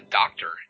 doctor